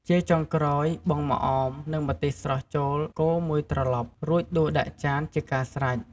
ជាចុងក្រោយ បង់ម្អម និងម្ទេសស្រស់ចូលកូរមួយត្រឡប់ រួចដួសដាក់ចានជាការស្រេច។